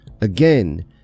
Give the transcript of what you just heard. Again